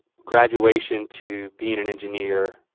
graduation to being an engineer,